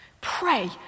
pray